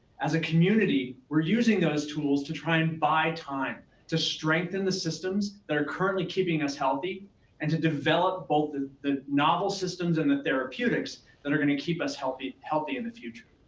as a community, we're using those tools to try and buy time to strengthen the systems that are currently keeping us healthy and to develop both the the novel systems and the therapeutics that are gonna keep us healthy healthy in the future.